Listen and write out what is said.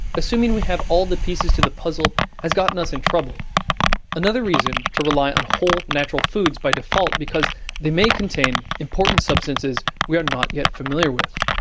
assuming we have all the pieces to the puzzle has gotten us in trouble another reason to rely on whole natural foods by default because they may contain important substances we are not yet familiar with.